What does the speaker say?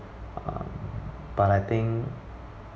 um but I think